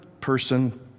person